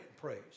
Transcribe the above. praise